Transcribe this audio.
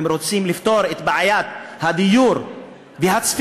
אם רוצים לפתור את בעיית הדיור והצפיפות,